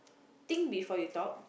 think before you talk